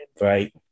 Right